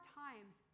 times